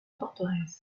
forteresse